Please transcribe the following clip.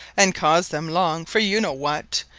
and cause them long for you know what,